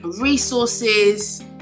resources